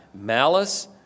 malice